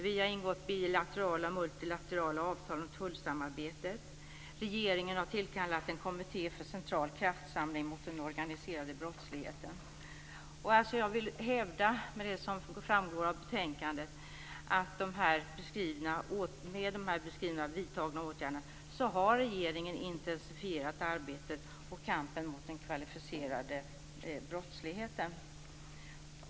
Vi har ingått bilaterala och multilaterala avtal om tullsamarbete. Regeringen har tillkallat en kommitté för central kraftsamling mot den organiserade brottsligheten. Jag vill hävda med det som framgår av betänkandet att med de beskrivna och vidtagna åtgärderna har regeringen intensifierat arbetet och kampen mot den kvalificerade brottsligheten.